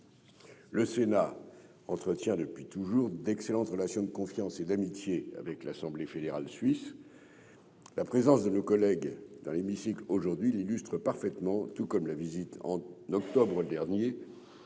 français entretient depuis toujours d'excellentes relations de confiance et d'amitié avec l'Assemblée fédérale suisse. La présence de nos collègues dans l'hémicycle aujourd'hui l'illustre parfaitement, tout comme la visite en octobre 2021